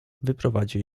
wyprowadził